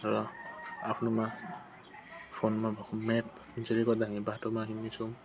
र आफ्नोमा फोनमा भएको म्याप जुन चाहिँले गर्दा हामीले बाटोमा हिँड्ने छौँ